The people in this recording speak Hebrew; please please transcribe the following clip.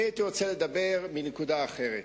אני הייתי רוצה לדבר על נקודה אחרת.